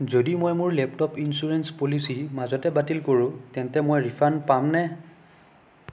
যদি মই মোৰ লেপটপ ইঞ্চুৰেঞ্চ পলিচী মাজতে বাতিল কৰো তেন্তে মই ৰিফাণ্ড পামনে